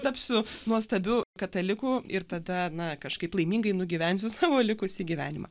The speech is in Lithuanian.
tapsiu nuostabiu kataliku ir tada na kažkaip laimingai nugyvensiu savo likusį gyvenimą